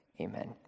Amen